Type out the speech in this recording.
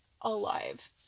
alive